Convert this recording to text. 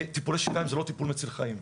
טיפולי שיניים זה לא טיפול מציל חיים.